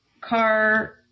car